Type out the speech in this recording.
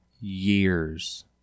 years